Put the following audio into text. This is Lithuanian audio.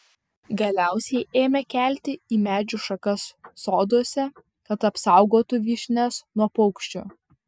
galiausiai ėmė kelti į medžių šakas soduose kad apsaugotų vyšnias nuo paukščių